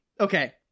okay